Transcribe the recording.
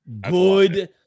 good